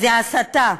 זו הסתה.